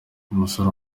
umusore